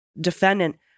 defendant